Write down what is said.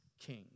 king